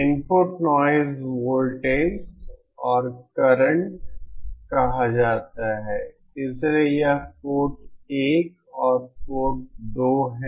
input noise voltage और current कहा जाता है इसलिए यह पोर्ट 1 है और यह पोर्ट 2 है